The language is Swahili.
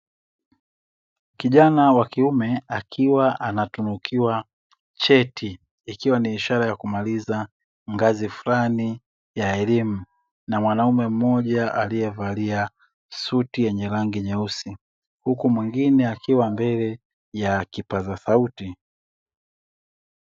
Kijana wa kiume akiwa anatunukiwa cheti ikiwa ni ishara ya kumaliza ngazi fulani ya elimu na mwanaume mmoja aliyevalia suti yenye rangi nyeusi, huku mwingine akiwa mbele ya kipaza sauti.